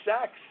sex